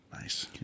Nice